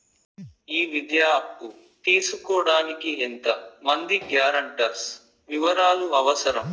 ఈ విద్యా అప్పు తీసుకోడానికి ఎంత మంది గ్యారంటర్స్ వివరాలు అవసరం?